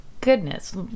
goodness